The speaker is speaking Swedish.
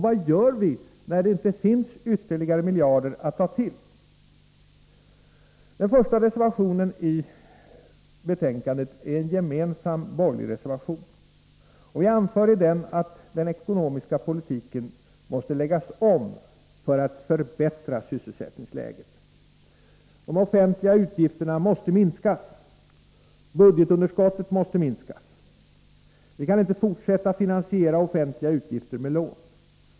Vad gör vi när det inte finns ytterligare miljarder att ta till? Den första reservationen i betänkandet är en gemensam borgerlig reservation. Vi anför i den att den ekonomiska politiken måste läggas om för att förbättra sysselsättningsläget. De offentliga utgifterna måste minskas. Budgetunderskottet måste minskas. Vi kan inte fortsätta finansiera offentliga utgifter med lån.